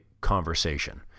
conversation